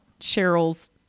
Cheryl's